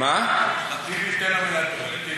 ניסן, ניסן, טיבי, טיבי.